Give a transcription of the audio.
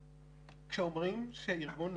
בכוונה, אבל העליון אמר והייתה לו ביקורת.